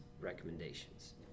recommendations